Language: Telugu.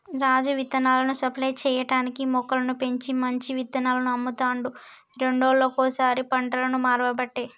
రాజు విత్తనాలను సప్లై చేయటానికీ మొక్కలను పెంచి మంచి విత్తనాలను అమ్ముతాండు రెండేళ్లకోసారి పంటను మార్వబట్టే